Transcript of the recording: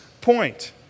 point